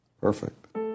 Perfect